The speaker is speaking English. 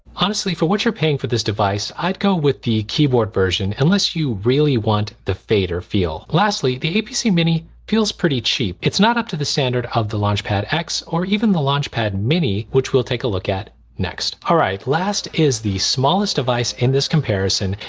honestly for what you're paying for this device i'd go with the keyboard version unless you really want the fader feel. lastly the apc mini feels pretty cheap it's not up to the standard of the launchpad x or even the launchpad mini which we'll take a look at next. all right last is the smallest device in this comparison.